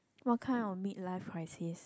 what kind of mid life crisis